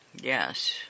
Yes